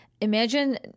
Imagine